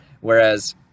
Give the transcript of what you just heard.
Whereas